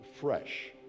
fresh